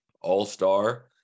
All-Star